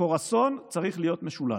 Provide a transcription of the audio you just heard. קרואסון צריך להיות משולש.